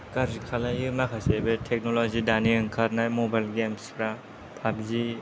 गाज्रि खालायो माखासे बे टेक्न'लजि दानि ओंखारनाय मबाइल गेम्सफ्रा फाबजि